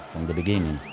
the beginning,